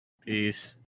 Peace